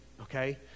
Okay